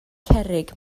cerrig